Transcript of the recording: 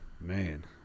man